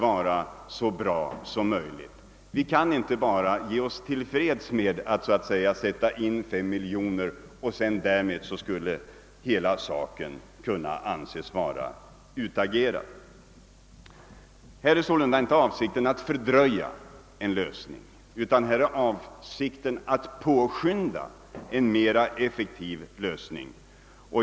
Vi kan inte bara vara till freds med att sätta in 5 miljoner kronor och därmed anse att hela saken skulle vara utagerad. Avsikten är sålunda inte att fördröja en lösning utan att påskynda en mer effektiv sådan.